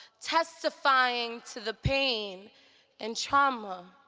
testifying to the pain and trauma,